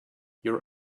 your